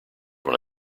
when